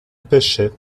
pêchais